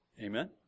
Amen